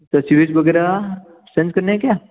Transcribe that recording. sir CDs वगैरह send करने है क्या